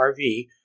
RV